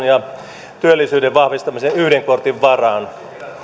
ja työllisyyden vahvistamisen yhden kortin varaan